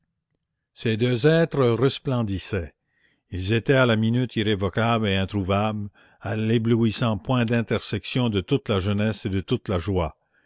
ces deux êtres resplendissaient ils étaient à la minute irrévocable et introuvable à l'éblouissant point d'intersection de toute la jeunesse et de toute la joie